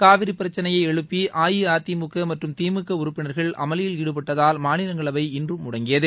காவிரி பிரக்சினையை எழுப்பி அஇஅதிமுக மற்றும் திமுக உறுப்பினர்கள் அமளியில் ஈடுபட்டதால் மாநிலங்ளவை இன்றும் முடங்கியது